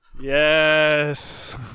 yes